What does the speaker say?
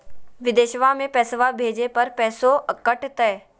बिदेशवा मे पैसवा भेजे पर पैसों कट तय?